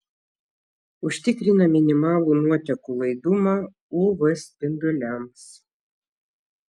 užtikrina minimalų nuotekų laidumą uv spinduliams